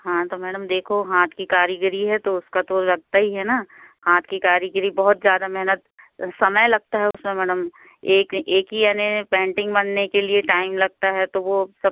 हाँ तो मैडम देखो हाथ की कारीगरी है तो उसका तो लगता ही है न हाथ की कारीगरी बहुत ज़्यादा मेहनत समय लगता है उसमें मैडम एक एक ही यानि पेंटिंग बनने के लिए टाइम लगता है तो वह सब